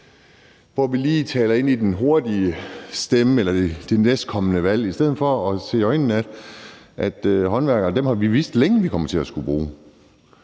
altså lige taler ind i den hurtige stemme eller det næstkommende valg i stedet for at se i øjnene, at håndværkere har vi vidst længe at vi kommer til at skulle bruge.